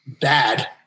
bad